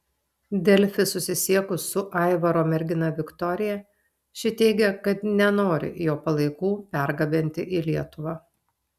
delfi susisiekus su aivaro mergina viktorija ši teigė kad nenori jo palaikų pergabenti į lietuvą